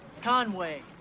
Conway